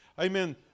amen